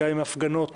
גם הפגנות